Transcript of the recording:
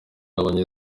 yabonye